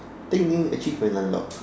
achievement unlocked